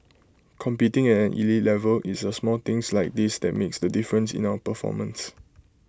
competing at an elite level it's the small things like this that makes the difference in our performance